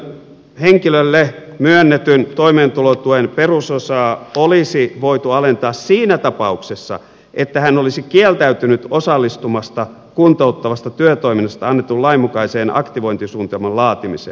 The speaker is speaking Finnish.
henkilölle myönnetyn toimeentulotuen perusosaa olisi voitu alentaa siinä tapauksessa että hän olisi kieltäytynyt osallistumasta kuntouttavasta työtoiminnasta annetun lain mukaisen aktivointisuunnitelman laatimiseen